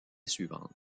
suivante